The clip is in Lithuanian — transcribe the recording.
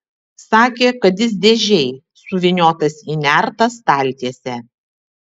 sakė kad jis dėžėj suvyniotas į nertą staltiesę